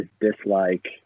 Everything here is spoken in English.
dislike